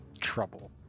trouble